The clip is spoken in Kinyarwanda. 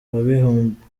w’abibumbye